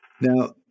now